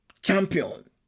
champion